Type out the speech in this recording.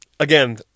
Again